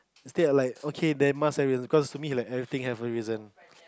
instead I like okay they must have a reason cause to me like everything have a reason